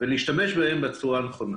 ואנחנו צריכים להשתמש בהם בצורה הנכונה.